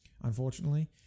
unfortunately